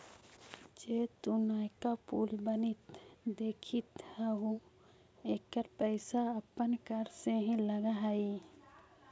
जे तु नयका पुल बनित देखित हहूँ एकर पईसा अपन कर से ही लग हई